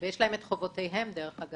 יש להם את חובותיהם החוקיות.